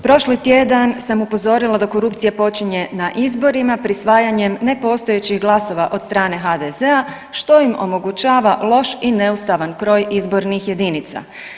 Prošli tjedan sam upozorila da korupcija počinje na izborima prisvajanjem nepostojećih glasova od strane HDZ-a što im omogućava loš i neustavan kroj izbornih jedinica.